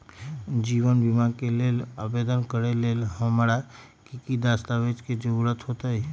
जीवन बीमा के लेल आवेदन करे लेल हमरा की की दस्तावेज के जरूरत होतई?